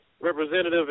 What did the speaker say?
representative